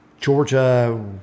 Georgia